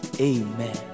Amen